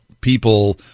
people